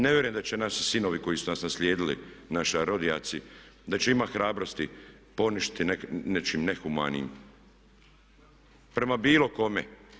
Ne vjerujem da će naši sinovi koji su nas naslijedili, naši rođaci da će imati hrabrosti poništiti nečim nehumanim prema bilo kome.